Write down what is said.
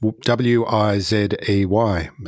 W-I-Z-E-Y